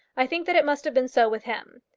i think that it must have been so with him,